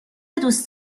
دوست